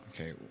Okay